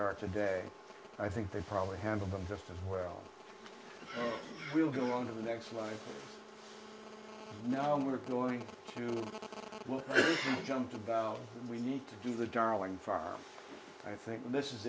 are today i think they probably handle them just as well we'll go on to the next line now we're going to jump about we need to do the darling farm i think this is